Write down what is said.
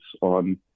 on